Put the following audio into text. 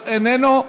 איננו,